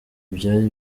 byari